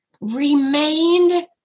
remained